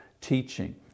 teaching